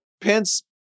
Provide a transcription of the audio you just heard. Pence